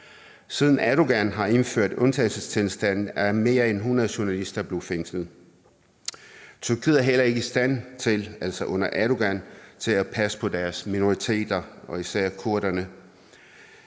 Siden Erdogan har indført undtagelsestilstanden, er mere end 100 journalister blevet fængslet. Tyrkiet er heller ikke i stand til under Erdogan at passe på sine minoriteter, især kurderne,